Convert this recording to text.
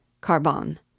Carbon